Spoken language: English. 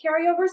carryovers